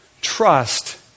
trust